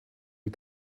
you